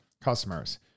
customers